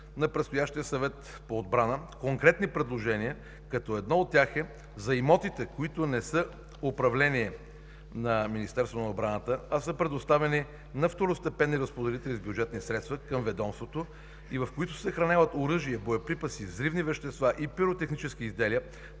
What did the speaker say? на предстоящия Съвет по отбрана конкретни предложения, като едно от тях е за имотите, които не са в управление на Министерството на отбраната, а са предоставени на второстепенни разпоредители с бюджетни средства към ведомството и в които се съхраняват оръжия, боеприпаси, взривни вещества и пиротехнически изделия